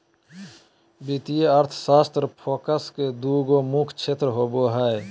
वित्तीय अर्थशास्त्र फोकस के दू गो मुख्य क्षेत्र होबो हइ